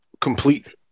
complete